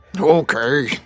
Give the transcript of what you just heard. Okay